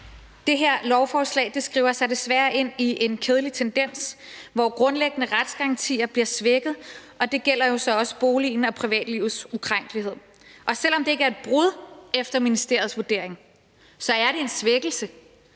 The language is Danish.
Det her lovforslag skriver sig desværre ind i en kedelig tendens, hvor grundlæggende retsgarantier bliver svækket, og det gælder jo så også boligen og privatlivets ukrænkelighed. Og selv om det ikke er et brud efter ministeriets vurdering, så er det en svækkelse,